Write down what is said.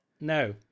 No